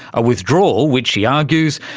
a withdrawal which, he argues,